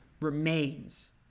remains